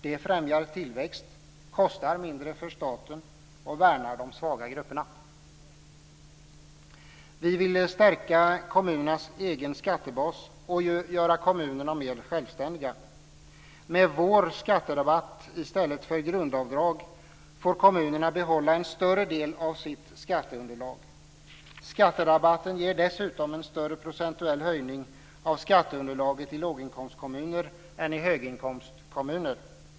Det främjar tillväxt, kostar mindre för staten och värnar de svaga grupperna. Vi vill stärka kommunernas egen skattebas och göra kommunerna mer självständiga. Med vår skatterabatt i stället för grundavdrag får kommunerna behålla en större del av sitt skatteunderlag. Skatterabatten ger dessutom en större procentuell höjning av skatteunderlaget i låginkomstkommuner än i höginkomstkommuner.